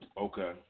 Okay